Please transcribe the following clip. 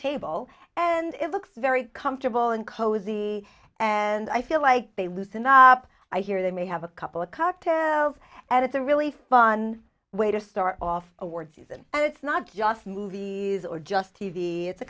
table and it looks very comfortable and cozy and i feel like they loosen up i hear they may have a couple of cocktails and it's a really fun way to start off awards season and it's not just movies or just t v it's a